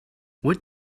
what